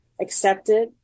accepted